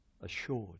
assured